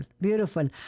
beautiful